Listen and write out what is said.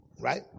Right